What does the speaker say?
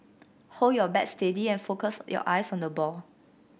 hold your bat steady and focus your eyes on the ball